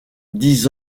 dix